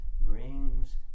brings